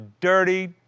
dirty